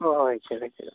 ഓ ഓ അയക്കാം അത് അയച്ച് തരാം